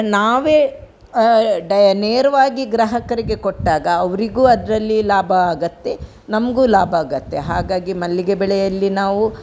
ನಾವೇ ಡೈ ನೇರವಾಗಿ ಗ್ರಾಹಕರಿಗೆ ಕೊಟ್ಟಾಗ ಅವರಿಗೂ ಅದರಲ್ಲಿ ಲಾಭ ಆಗುತ್ತೆ ನಮಗೂ ಲಾಭ ಆಗುತ್ತೆ ಹಾಗಾಗಿ ಮಲ್ಲಿಗೆ ಬೆಳೆಯಲ್ಲಿ ನಾವು